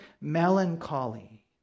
melancholy